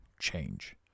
change